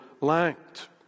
lacked